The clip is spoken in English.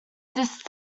disc